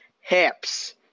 hips